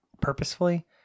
purposefully